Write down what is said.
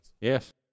Yes